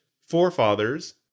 forefathers